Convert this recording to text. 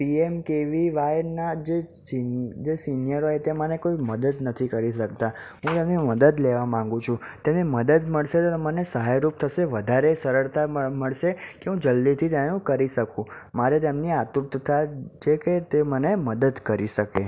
પીએમકેવીવાયનાં જે સિન જે સિનિયર હોય તે મને કોઈ મદદ નથી કરી શકતા હું તેની મદદ લેવા માંગુ છું તેની મદદ મળશે તો મને સહાયરૂપ થશે વધારે સરળતા મ મળશે કે હું જલ્દીથી તે હું કરી શકું મારે તેમની આતુરતા જે કંઇ તે મને મદદ કરી શકે